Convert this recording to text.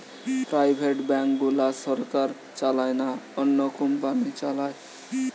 private bank গুলা সরকার চালায় না, অন্য কোম্পানি চালায়